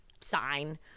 sign